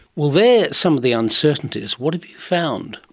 well, they are some of the uncertainties. what have you found?